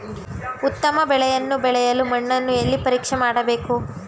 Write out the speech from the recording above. ಉತ್ತಮವಾದ ಬೆಳೆಯನ್ನು ಬೆಳೆಯಲು ಮಣ್ಣನ್ನು ಎಲ್ಲಿ ಪರೀಕ್ಷೆ ಮಾಡಬೇಕು?